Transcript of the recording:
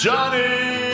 Johnny